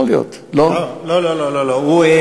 יכול להיות,